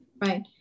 Right